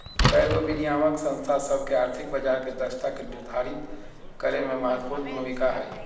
कयगो विनियामक संस्था सभ के आर्थिक बजार के दक्षता के निर्धारित करेमे महत्वपूर्ण भूमिका हइ